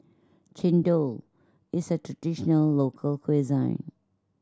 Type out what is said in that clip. chendol is a traditional local cuisine